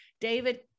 David